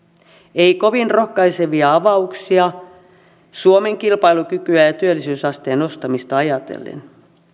ei kovin rohkaisevia avauksia suomen kilpailukykyä ja työllisyysasteen nostamista ajatellen